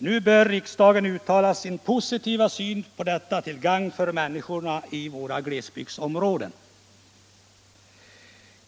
Nu bör riksdagen uttala sin positiva syn på detta till gagn för människorna i våra glesbygdsområden.